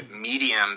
medium